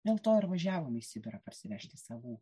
dėl to ir važiavom į sibirą parsivežti savų